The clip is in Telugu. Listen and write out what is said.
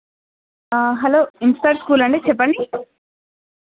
హలో ఇంస్ప్రైట్ స్కూల్ అండి చెప్పండి